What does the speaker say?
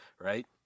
right